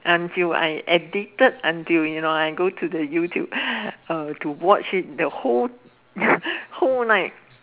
until I addicted until you know I go to the YouTube uh to watch it the whole whole night